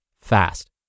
fast